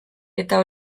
eta